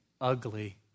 ugly